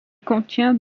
contient